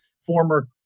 former